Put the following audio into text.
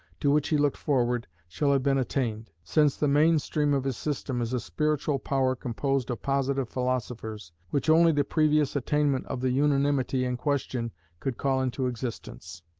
to which he looked forward, shall have been attained since the mainspring of his system is a spiritual power composed of positive philosophers, which only the previous attainment of the unanimity in question could call into existence.